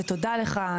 ותודה לך,